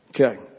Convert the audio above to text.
Okay